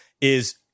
is-